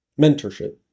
mentorship